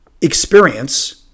experience